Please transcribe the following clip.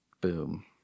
Boom